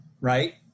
right